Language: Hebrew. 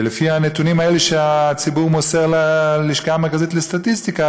לפי הנתונים האלה שהציבור מוסר ללשכה המרכזית לסטטיסטיקה